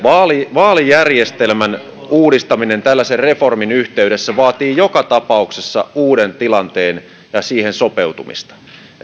vaalijärjestelmän uudistaminen tällaisen reformin yhteydessä vaatii joka tapauksessa uuden tilanteen ja siihen sopeutumista